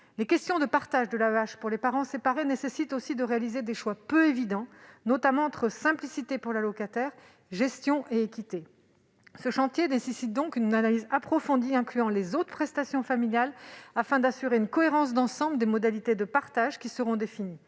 Les questions de partage de l'AEEH pour les parents séparés nécessitent ainsi de réaliser des choix peu évidents, notamment entre simplicité pour l'allocataire, gestion et équité. Ce chantier nécessite donc une analyse approfondie, incluant les autres prestations familiales, afin d'assurer une cohérence d'ensemble des modalités de partage qui seront définies.